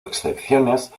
excepciones